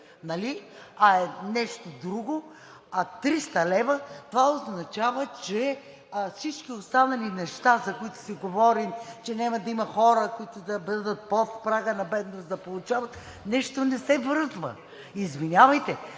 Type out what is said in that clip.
а е нещо друго, а 300 лв., това означава, че всички останали неща, за които си говорим, че няма да има хора да я получават, които да бъдат под прага на бедност, нещо не се връзва. Извинявайте,